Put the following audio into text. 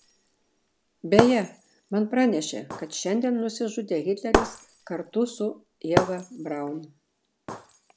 beje man pranešė kad šiandien nusižudė hitleris kartu su ieva braun